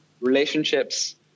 relationships